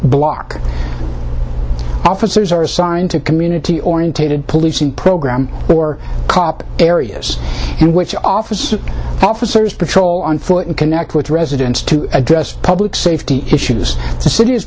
block officers are assigned to community oriented policing program or cop areas in which officers officers patrol on foot and connect with residents to address public safety issues the city